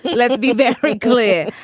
let's be very clear.